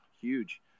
huge